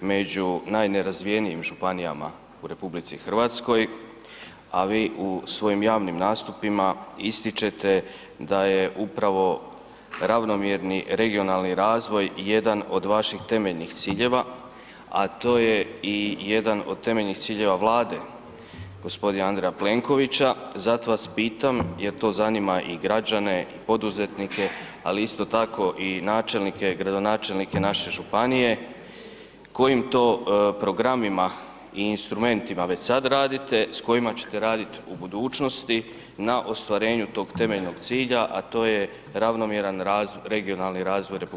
među najnerazvijenijim županijama u RH, a vi u svojim javnim nastupima ističete da je upravo ravnomjerni regionalni razvoj jedan od vaših temeljnih ciljeva, a to je i jedan od temeljnih ciljeva Vlade g. Andreja Plenkovića, zato vas pitam jer to zanima i građane i poduzetnike, ali isto tako i načelnike, gradonačelnike naše županije kojim to programima i instrumentima već sad radite, s kojima ćete radit u budućnosti na ostvarenju tog temeljnog cilja, a to je ravnomjeran regionalni razvoj RH?